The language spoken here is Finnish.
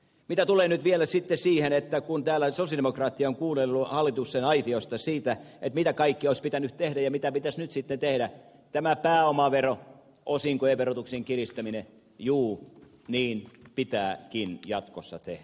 mitä tulee vielä siihen kun täällä on sosialidemokraatteja kuunnellut hallituksen aitiosta siitä mitä kaikkea olisi pitänyt tehdä ja mitä pitäisi nyt sitten tehdä tämä pääomavero osinkojen verotuksen kiristäminen juu niin pitääkin jatkossa tehdä